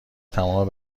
تمام